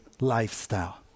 lifestyle